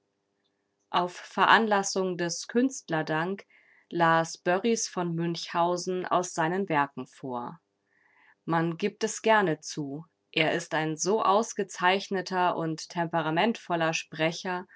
auf veranlassung des künstlerdank las börries v münchhausen aus seinen werken vor man gibt es gerne zu er ist ein so ausgezeichneter und temperamentvoller sprecher